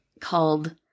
called